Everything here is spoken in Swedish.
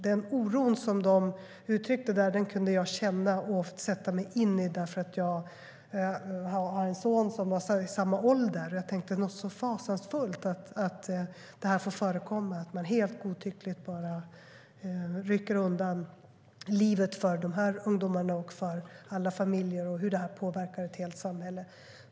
Den oron som de uttryckte kunde jag känna och sätta mig in i eftersom jag har en son i samma ålder. Det är fasansfullt att det får förekomma att man helt godtyckligt rycker undan livet för de ungdomarna och för alla familjer och hur det påverkar ett helt samhälle.